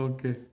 Okay